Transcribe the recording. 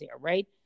right